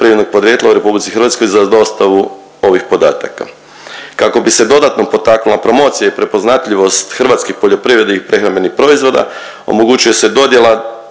hrvatskih poljoprivrednih prehrambenih proizvoda omogućuje se dodjela